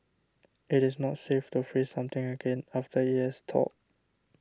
it is not safe to freeze something again after it has thawed